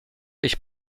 ich